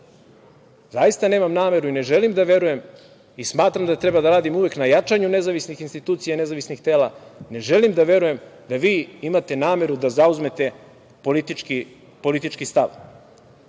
zaista nemam nameru i ne želim da verujem i smatram da treba da radim uvek na jačanju nezavisnih institucija i nezavisnih tela, ne želim da verujem da vi imate nameru da zauzmete politički